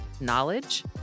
knowledge